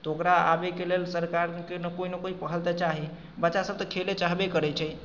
तऽ ओकरा आबैके लेल सरकारके कोइ न कोइ पहल तऽ चाही बच्चासभ तऽ खेलय चाहबे करै छै